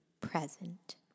present